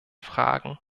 fragen